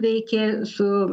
veikė su